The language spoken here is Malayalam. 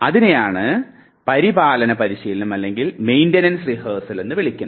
ഇതിനെയാണ് പരിപാലന പരിശീലനം എന്ന് വിളിക്കുന്നത്